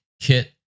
kit